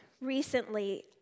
recently